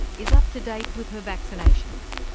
is up to date with her vaccinations.